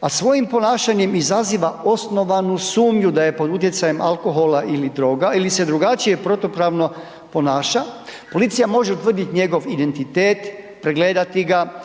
a svojim ponašanjem izaziva osnovanu sumnju da je pod utjecajem alkohola ili druga ili se drugačije protupravno ponaša, policija može utvrdit njegov identitet, pregledati ga,